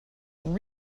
and